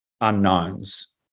unknowns